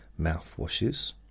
mouthwashes